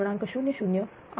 008198